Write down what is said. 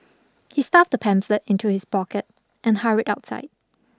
he stuffed the pamphlet into his pocket and hurried outside